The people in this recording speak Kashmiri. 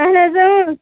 اَہَن حظ